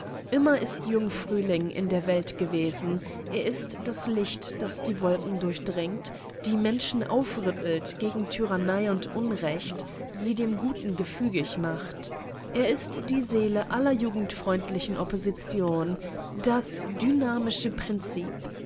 immer ist jung-frühling in der welt gewesen er ist das licht das die wolken durchdringt die menschen aufrüttelt gegen tyrannei und unrecht sie dem guten gefügig macht er ist die seele aller jugendlichen opposition das dynamische prinzip